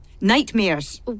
Nightmares